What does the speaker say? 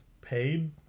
paid